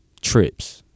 trips